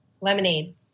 Lemonade